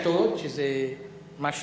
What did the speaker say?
"קתות" זה גם רבים של "קת".